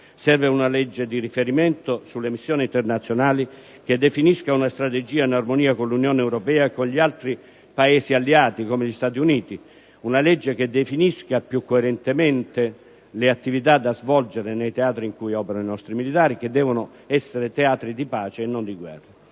Serve una legge di riferimento sulle missioni internazionali che definisca una strategia in armonia con l'Unione europea e con gli altri Paesi alleati, come gli Stati Uniti; una legge che definisca più coerentemente le attività da svolgere nei teatri in cui operano i nostri militari, che devono essere teatri di pace e non di guerra;